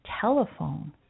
telephone